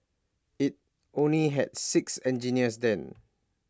IT only had six engineers then